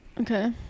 okay